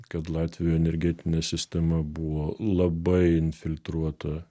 kad latvių energetinė sistema buvo labai infiltruota